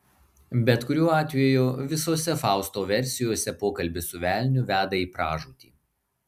bet kuriuo atveju visose fausto versijose pokalbis su velniu veda į pražūtį